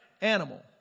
animal